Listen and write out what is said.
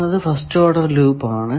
എന്നത് first order loop ആണ്